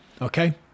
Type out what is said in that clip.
okay